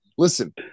Listen